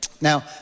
now